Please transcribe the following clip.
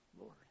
Lord